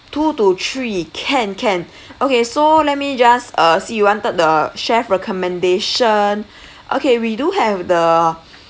two to three can can okay so let me just uh see you wanted the chef recommendation okay we do have the